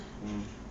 um